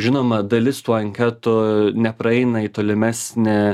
žinoma dalis tų anketų nepraeina į tolimesnį